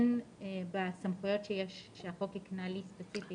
בסמכויות שהחוק הקנה לי ספציפית,